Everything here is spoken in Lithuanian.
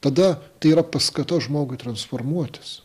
tada tai yra paskata žmogui transformuotis